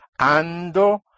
Ando